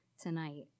tonight